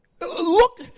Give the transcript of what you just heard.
Look